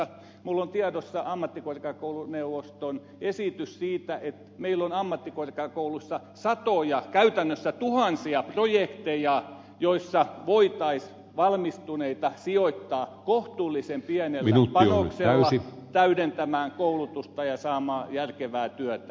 minulla on tiedossa ammattikorkeakouluneuvoston esitys siitä että meillä on ammattikorkeakouluissa satoja käytännössä tuhansia projekteja joissa voitaisiin valmistuneita sijoittaa kohtuullisen pienellä panoksella täydentämään koulutusta ja saamaan järkevää työtä